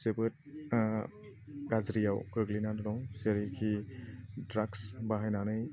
जोबोद गाज्रियाव गोग्लैनानै दं जेरैखि ड्राक्स बाहायनानै